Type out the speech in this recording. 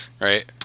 right